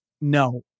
no